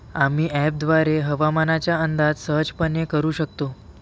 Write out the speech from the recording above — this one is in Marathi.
आम्ही अँपपद्वारे हवामानाचा अंदाज सहजपणे करू शकतो